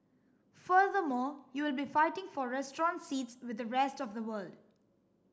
furthermore you will be fighting for restaurant seats with the rest of the world